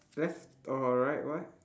left or right what